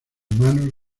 manos